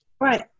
Right